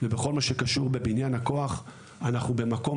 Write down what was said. בכל מה שקשור בבניין הכוח אנחנו נמצאים במקום